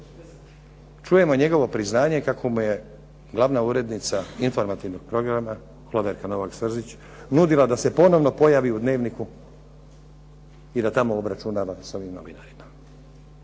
čujemo njegovo priznanje kako mu je glavna urednica informativnog programa Hloverka Novak Srzić nudila da se ponovno pojavi u "Dnevniku" i da tamo obračunava sa ovim novinarima.